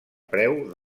preu